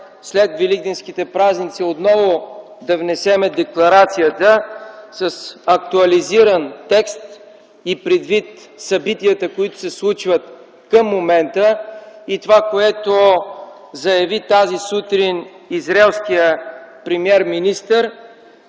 след Великденските празници отново да внесем декларация с актуализиран текст и предвид събитията, които се случват към момента, и това, което заяви тази сутрин израелският премиер-министър.